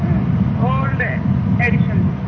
old edition اوس